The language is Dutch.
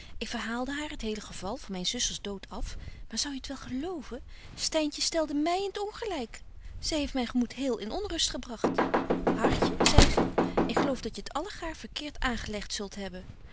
ik verhaalde haar het hele geval van myn zusters dood af maar zou je t wel geloven styntje stelde my in t ongelyk zy heeft myn gemoed heel in onrust gebragt hartje zei ze ik geloof dat je t allegaêr verkeert aangelegt zult hebben